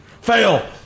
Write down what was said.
Fail